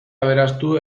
aberastu